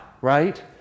right